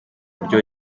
buryo